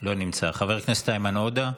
לא נמצא, חבר הכנסת איימן עודה,